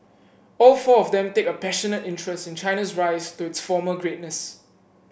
all four of them take a passionate interest in China's rise to its former greatness